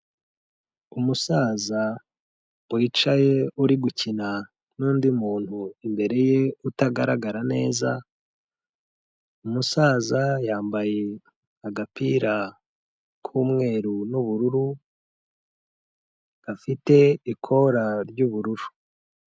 Umusaza wicaye uri gukina n'undi muntu imbere ye utagaragara neza, umusaza yambaye agapira k'umweru n'ubururu, gafite ikora ry'ubururu.